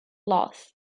loss